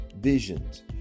visions